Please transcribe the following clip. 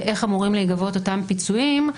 אמורים להיגבות אותם פיצויים,